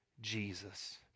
Jesus